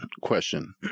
Question